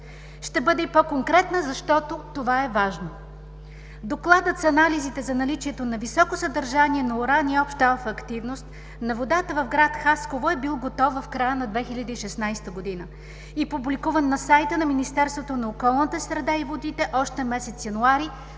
Ще бъда и по-конкретна, защото това е важно. Докладът с анализите за наличието на високо съдържание на уран и обща алфа активност на водата в гр. Хасково е бил готов в края на 2016 г. и публикуван на сайта на Министерството на околната среда и водите още месец януари